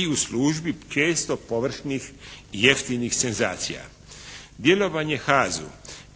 i u službi često površnih jeftinih senzacija. Djelovanje HAZ-u